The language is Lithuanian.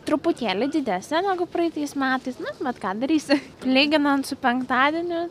truputėlį didesnė negu praeitais metais na bet ką darysi lyginant su penktadieniu